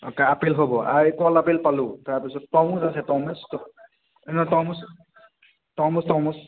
okay apple হ'ব এই কল আপেল পালোঁ তাৰপিছত তৰমুজ আছে তৰমুজ নহয় তৰমুজ তৰমুজ তৰমুজ